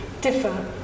differ